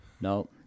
No